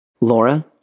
Laura